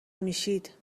میشید